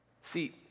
See